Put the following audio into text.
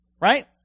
Right